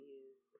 use